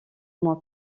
mois